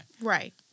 Right